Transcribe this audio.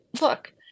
look